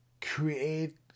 create